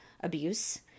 abuse